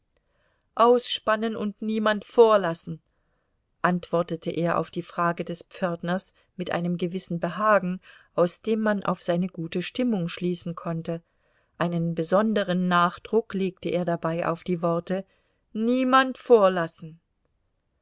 ausspannen und niemand vorlassen antwortete er auf die frage des pförtners mit einem gewissen behagen aus dem man auf seine gute stimmung schließen konnte einen besonderen nachdruck legte er dabei auf die worte niemand vorlassen